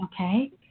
Okay